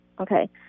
Okay